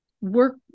work